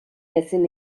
ezin